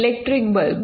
electric bulb